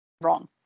wrong